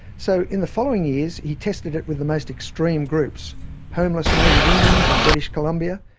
so in the following years he tested it with the most extreme groups homeless native indians in british columbia,